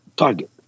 target